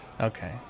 Okay